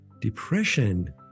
Depression